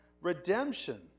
redemption